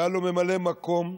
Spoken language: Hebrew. והיה בו ממלא מקום,